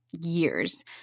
years